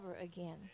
again